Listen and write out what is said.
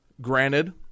Granted